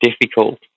difficult